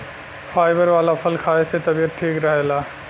fibre वाला फल खाए से तबियत ठीक रहला